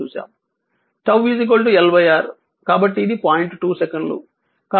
2 సెకన్లు కాబట్టి t 𝝉 t 0